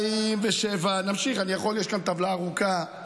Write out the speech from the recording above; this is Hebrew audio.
ב-2007, נמשיך, יש כאן טבלה ארוכה.